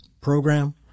program